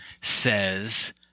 says